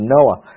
Noah